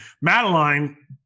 madeline